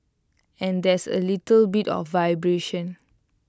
and there's A little bit of vibration